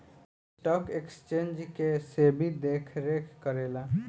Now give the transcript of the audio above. stock exchange के सेबी देखरेख करेला